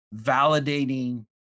validating